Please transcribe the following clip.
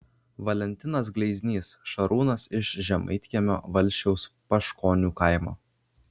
valentinas gleiznys šarūnas iš žemaitkiemio valsčiaus paškonių kaimo